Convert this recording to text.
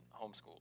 homeschooled